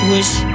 Wish